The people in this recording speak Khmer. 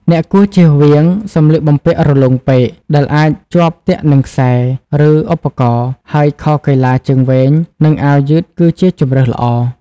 អ្នកគួរជៀសវាងសម្លៀកបំពាក់រលុងពេកដែលអាចជាប់ទាក់នឹងខ្សែ ឬឧបករណ៍ ហើយខោកីឡាជើងវែង និងអាវយឺតគឺជាជម្រើសល្អ។